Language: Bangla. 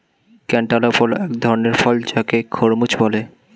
ক্যান্টালপ হল এক ধরণের ফল যাকে খরমুজ বলে